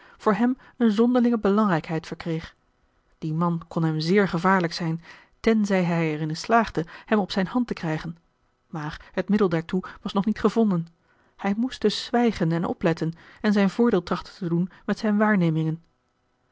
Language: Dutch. voor hem eene zonderlinge belangrijkheid verkreeg die man kon hem zeer gevaarlijk zijn tenzij hij er in slaagde hem op zijne hand te krijgen maar het middel daartoe was nog niet gevonden hij moest dus zwijgen en opletten en zijn voordeel trachten te doen met zijne waarnemingen